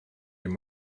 your